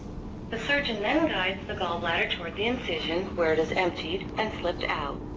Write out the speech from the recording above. the surgeon then guides the gallbladder toward the incision, where it is emptied and slipped out.